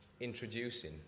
introducing